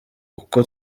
uko